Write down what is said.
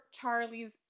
Charlie's